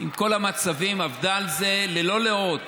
בכל המצבים, עבדה על זה ללא לאות.